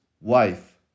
wife